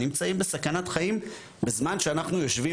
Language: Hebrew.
נמצאים בסכנת חיים בזמן שאנחנו יושבים